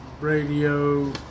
radio